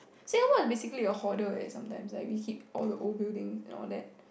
Singapore is basically a hoarder eh sometimes like we keep all the old buildings and all that